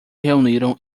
reuniram